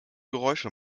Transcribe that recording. geräusche